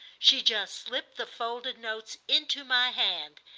she just slipped the folded notes into my hand.